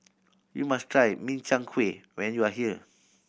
you must try Min Chiang Kueh when you are here